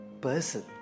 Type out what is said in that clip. person